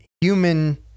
human